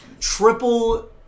triple